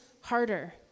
harder